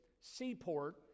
seaport